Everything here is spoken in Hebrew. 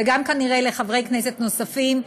וגם כנראה לחברי כנסת נוספים,